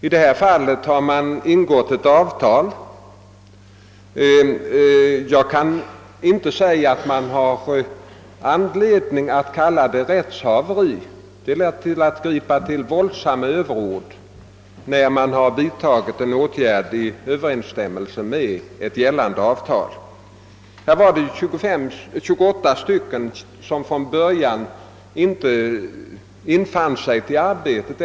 I detta fall har ett avtal ingåtts, och det är att använda våldsamma överord om man talar om rättshaveri när en åtgärd i överensstämmelse med det gällande avtalet vidtagits. Det gäller 28 skogsarbetare som från början inte infann sig till arbetet.